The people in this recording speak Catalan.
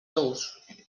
tous